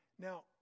Now